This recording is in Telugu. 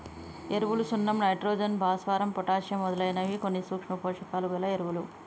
ఎరువులు సున్నం నైట్రోజన్, భాస్వరం, పొటాషియమ్ మొదలైనవి కొన్ని సూక్ష్మ పోషకాలు గల ఎరువులు